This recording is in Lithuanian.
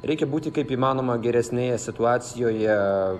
reikia būti kaip įmanoma geresnėje situacijoje